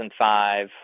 2005